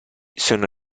sono